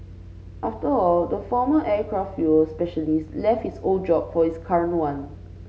after all the former aircraft fuel specialist left his old job for his current one